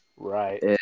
Right